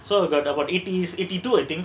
so we got about eighty eighty two I think